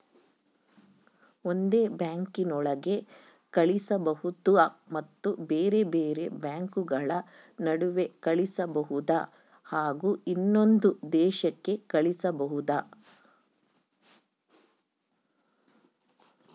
ಒಂದೇ ಬ್ಯಾಂಕಿನೊಳಗೆ ಕಳಿಸಬಹುದಾ ಮತ್ತು ಬೇರೆ ಬೇರೆ ಬ್ಯಾಂಕುಗಳ ನಡುವೆ ಕಳಿಸಬಹುದಾ ಹಾಗೂ ಇನ್ನೊಂದು ದೇಶಕ್ಕೆ ಕಳಿಸಬಹುದಾ?